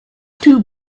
too